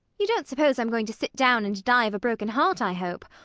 you don't suppose i'm going to sit down and die of a broken heart, i hope,